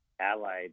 allied